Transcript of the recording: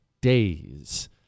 days